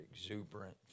exuberant